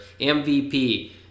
MVP